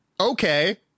Okay